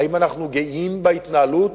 האם אנחנו גאים בהתנהלות?